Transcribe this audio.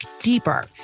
deeper